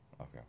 Okay